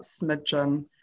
smidgen